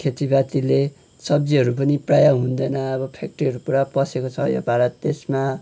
खेतीपातीले सब्जीहरू पनि प्राय हुँदैन अब फ्याक्ट्रीहरू पुरा पसेको छ यो भारत देशमा